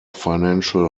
financial